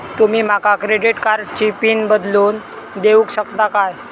तुमी माका क्रेडिट कार्डची पिन बदलून देऊक शकता काय?